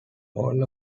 all